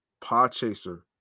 Podchaser